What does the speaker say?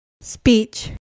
Speech